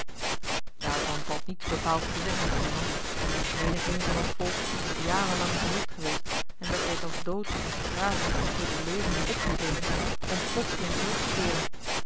daarvan valt niets bepaalds te zeggen stuurman menigeen van ons volk is jarenlang vermist geweest en werd reeds als dood en begraven door de levenden opgegeven om plotseling terug te keeren